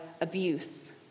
abuse